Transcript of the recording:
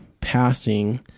passing